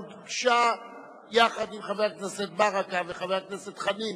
שהוגשה יחד עם חבר הכנסת ברכה וחבר הכנסת חנין,